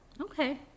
Okay